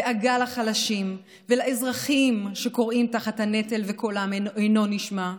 דאגה לחלשים ולאזרחים שכורעים תחת הנטל וקולם אינו נשמע,